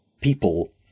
people